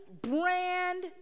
brand